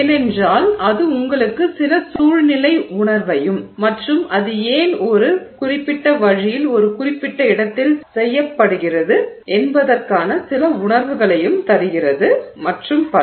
ஏனென்றால் அது உங்களுக்கு சில சூழ்நிலை உணர்வையும் மற்றும் அது ஏன் ஒரு குறிப்பிட்ட வழியில் ஒரு குறிப்பிட்ட இடத்தில் செய்யப்படுகிறது என்பதற்கான சில உணர்வுகளையும் தருகிறது மற்றும் பல